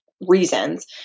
reasons